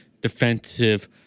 defensive